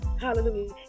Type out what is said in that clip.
Hallelujah